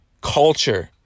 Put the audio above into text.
Culture